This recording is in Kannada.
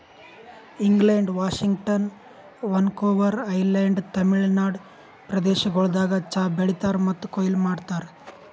England, Washington, Vancouver Island, Tamil Nadu ಪ್ರದೇಶಗೊಳ್ದಾಗ್ ಚಹಾ ಬೆಳೀತಾರ್ ಮತ್ತ ಕೊಯ್ಲಿ ಮಾಡ್ತಾರ್